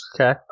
Okay